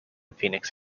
phoenix